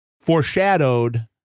foreshadowed